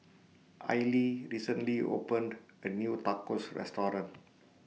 Aili recently opened A New Tacos Restaurant